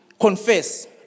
confess